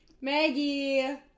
Maggie